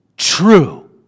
true